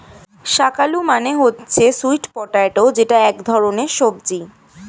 শাক আলু মানে হচ্ছে স্যুইট পটেটো যেটা এক ধরনের সবজি